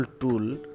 tool